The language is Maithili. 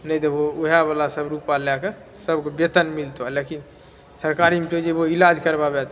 नहि देबहो ओएह बला सब रूपआ लैके सबके बेतन मिलतहुँ लेकिन सरकारीमे तो जेबहो इलाज करबाबै